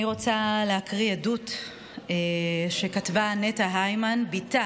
אני רוצה להקריא עדות שכתבה נטע הימן, בתה